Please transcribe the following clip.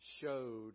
showed